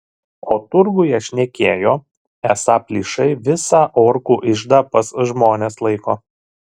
o turguje šnekėjo esą plyšai visą orkų iždą pas žmones laiko